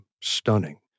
stunning